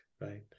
right